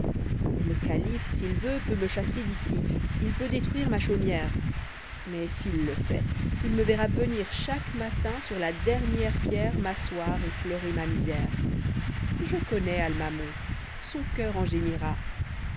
le calife s'il veut peut me chasser d'ici il peut détruire ma chaumière mais s'il le fait il me verra venir chaque matin sur la dernière pierre m'asseoir et pleurer ma misère je connois almamon son coeur en gémira